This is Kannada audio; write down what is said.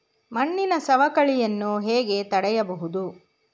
ಮಣ್ಣಿನ ಸವಕಳಿಯನ್ನು ಹೇಗೆ ತಡೆಯಬಹುದು?